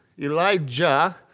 Elijah